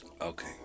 Okay